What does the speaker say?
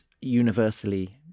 universally